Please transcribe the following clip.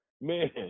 man